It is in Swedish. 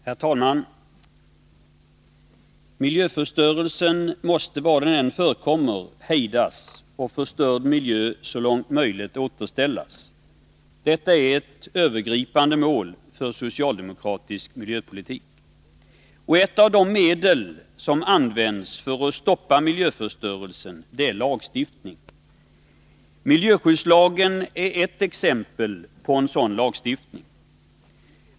Herr talman! Miljöförstörelse måste, var den än förekommer, hejdas och förstörd miljö så långt möjligt återställas. Detta är ett övergripande mål för socialdemokratisk miljöpolitik. Ett av de medel som används för att stoppa miljöförstörelsen är lagstiftning. Miljöskyddslagen är ett exempel på en sådan lagstiftning.